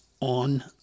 on